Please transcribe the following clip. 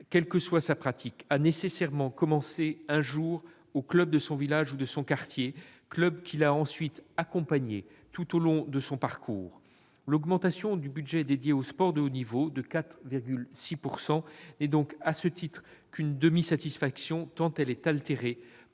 quelle que soit sa pratique, a nécessairement commencé un jour au club de son village ou de son quartier, club qui l'a ensuite accompagné tout au long de son parcours. L'augmentation du budget dédié au sport de haut niveau, de 4,6 %, n'est donc à ce titre qu'une demi-satisfaction, tant elle est altérée